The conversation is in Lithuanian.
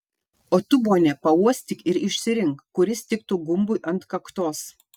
o tu bone pauostyk ir išsirink kuris tiktų gumbui ant kaktos